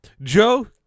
Joe